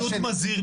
אתה במיעוט מזהיר,